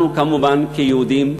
אנחנו כמובן, כיהודים,